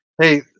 hey